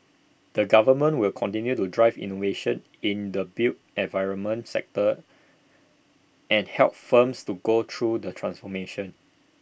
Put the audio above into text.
the government will continue to drive innovation in the built environment sector and help firms to go through the transformation